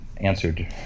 Answered